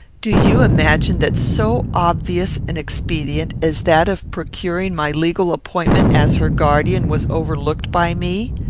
do you imagine that so obvious an expedient as that of procuring my legal appointment as her guardian was overlooked by me?